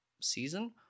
season